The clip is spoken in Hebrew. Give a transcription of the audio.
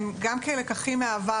גם כלקחים מהעבר,